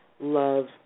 love